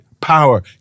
power